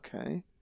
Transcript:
okay